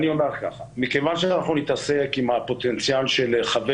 מכיוון שאנחנו נתעסק עם הפוטנציאל של חבי